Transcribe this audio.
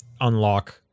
unlock